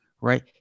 right